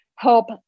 help